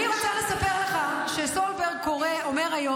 אני רוצה לומר לך שסולברג אומר היום,